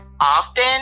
often